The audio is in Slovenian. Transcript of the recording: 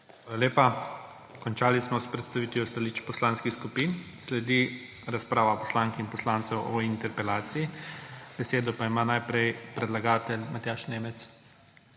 lepa. Končali smo s predstavitvijo stališč poslanskih skupin. Sledi razprava poslank in poslancev o interpelaciji. Besedo pa ima najprej predlagatelj Matjaž Nemec.